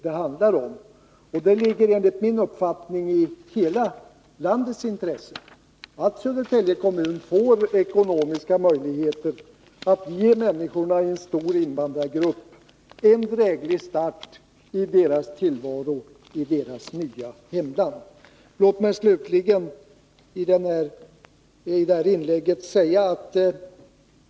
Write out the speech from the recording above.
Det ligger enligt min uppfattning i hela landets intresse att Södertälje får ekonomiska möjligheter att ge människorna i en stor invandrargrupp en dräglig start på deras tillvaro i det nya hemlandet.